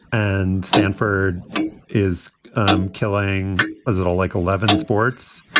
and stanford is killing as little like eleven sports.